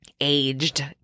aged